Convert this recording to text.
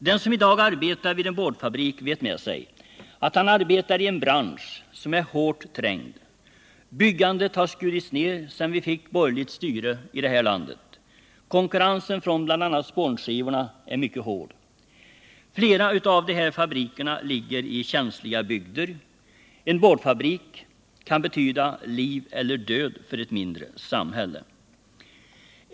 Den som i dag arbetar vid en boardfabrik vet med sig att han arbetar i en bransch som är hårt trängd. Byggandet har skurits ned sedan vi fick borgerligt styre i det här landet. Konkurrensen från bl.a. spånskivorna är mycket hård. Flera av de här fabrikerna ligger i mycket känsliga bygder. En boardfabrik kan betyda liv eller död för ett mindre samhälle.